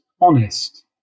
honest